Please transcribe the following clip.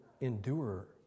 endure